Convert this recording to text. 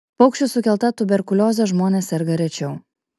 paukščių sukelta tuberkulioze žmonės serga rečiau